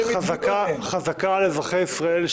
חזקה על אזרחי ישראל,